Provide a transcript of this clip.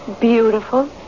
Beautiful